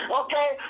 okay